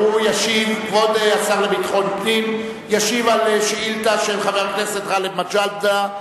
כבוד השר לביטחון פנים ישיב על שאילתא של חבר הכנסת גאלב מג'אדלה.